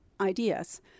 ideas